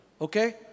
Okay